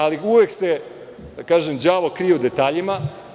Ali, uvek se, da tako kažem, đavo krije u detaljima.